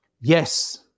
yes